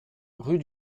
rue